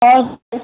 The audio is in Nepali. हजुर